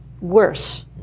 Worse